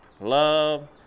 love